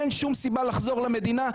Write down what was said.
אין שום סיבה לחזור למדינה,